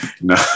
No